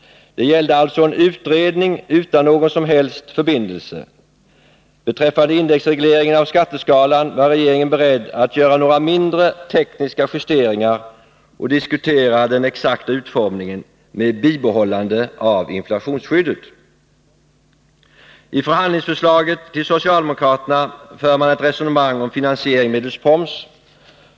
Det gällde alltså en utredning utan någon som helst förbindelse. Beträffande indexregleringen av skatteskalan var regeringen beredd att göra några mindre, tekniska justeringar och diskutera den exakta utformningen med bibehållande av inflationsskyddet. I förhandlingsförslaget till socialdemokraterna för man ett resonemang om finansiering medelst proms.